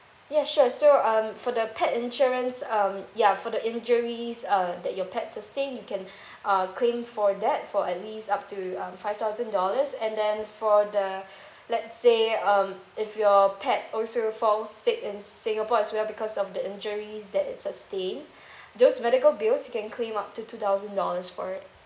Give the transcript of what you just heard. yes sure so um for the pet insurance um ya for the injuries uh that your pet sustain you can uh claim for that for at least up to um five thousand dollars and then for the let's say um if your pet also fall sick in singapore as well because of the injuries that's sustained those medical bills you can claim up to two thousand dollars for it